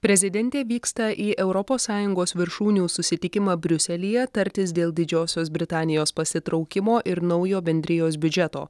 prezidentė vyksta į europos sąjungos viršūnių susitikimą briuselyje tartis dėl didžiosios britanijos pasitraukimo ir naujo bendrijos biudžeto